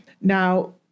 Now